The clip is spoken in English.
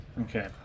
Okay